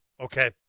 Okay